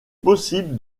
possible